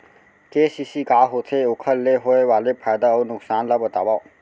KCC का होथे, ओखर ले होय वाले फायदा अऊ नुकसान ला बतावव?